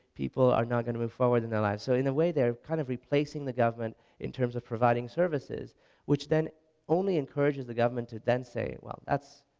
people are not going to move forward in their lives. so in a way they're kind of replacing the government in terms of providing services which then only encourages the government to then say, well that's,